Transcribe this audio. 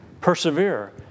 persevere